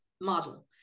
model